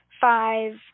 five